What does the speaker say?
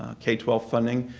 ah k twelve funding,